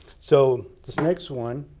so, this next one.